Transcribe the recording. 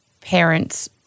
parents